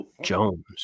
Jones